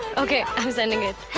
okay, i'm sending it?